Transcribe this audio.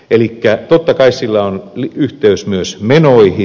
elikkä totta kai sillä on yhteys myös menoihin